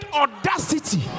audacity